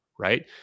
right